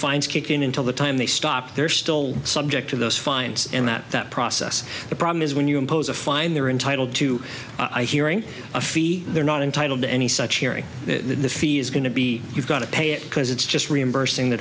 fines kick in until the time they stop they're still subject to those fines and that that process the problem is when you impose a fine they're entitled to a hearing a fee they're not entitled to any such hearing in the fee is going to be you've got to pay it because it's just reimbursing the